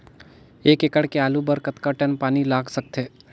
एक एकड़ के आलू बर कतका टन पानी लाग सकथे?